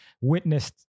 witnessed